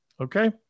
okay